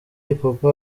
ipupa